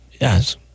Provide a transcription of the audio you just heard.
yes